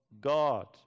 God